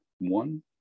One